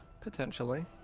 potentially